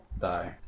die